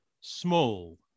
small